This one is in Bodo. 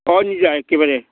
अह निजा एकेबारे